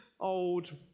old